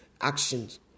actions